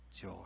joy